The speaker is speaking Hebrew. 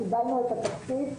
קיבלנו את התקציב,